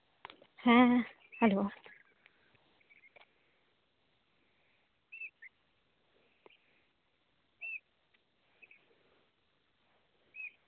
ᱦᱮᱸ ᱦᱮᱞᱳ